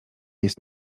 jest